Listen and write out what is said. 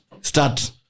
Start